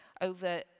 over